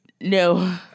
No